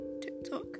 TikTok